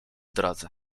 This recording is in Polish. drodze